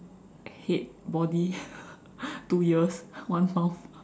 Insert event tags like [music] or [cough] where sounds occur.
head body [breath] two ears one mouth